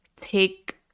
take